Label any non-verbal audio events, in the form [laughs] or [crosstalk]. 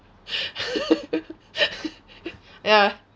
[laughs] ya